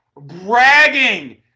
Bragging